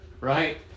right